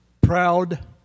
proud